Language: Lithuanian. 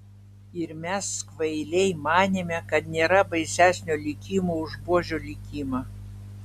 ir mes kvailiai manėme kad nėra baisesnio likimo už buožių likimą